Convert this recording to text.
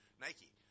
Nike